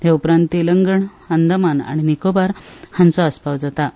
हे उपरांत तेलंगण अंदमान आनी निकोबार हांचो आस्पाव जाता